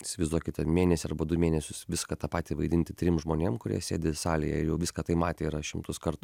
įsivaizduokite mėnesį arba du mėnesius viską tą patį vaidinti trim žmonėm kurie sėdi salėje jau viską tai matė šimtus kartų